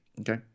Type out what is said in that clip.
Okay